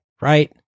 right